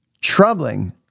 troubling